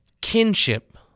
kinship